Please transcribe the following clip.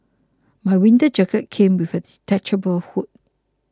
my winter jacket came with a detachable hood